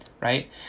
right